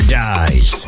dies